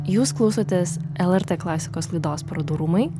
jūs klausotės lrt klasikos laidos parodų rūmai